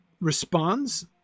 responds